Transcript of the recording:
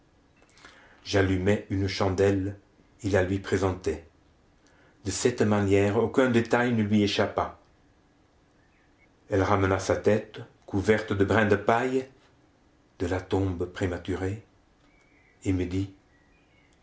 j'allumai une chandelle et la lui présentai de cette manière aucun détail ne lui échappa elle ramena sa tête couverte de brins de paille de la tombe prématurée et me dit